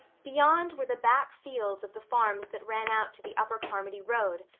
beyond were the back fields of the farms that ran out to the upper carmody road.